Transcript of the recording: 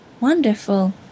Wonderful